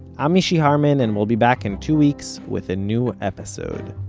i'm mishy harman, and we'll be back in two weeks with a new episode.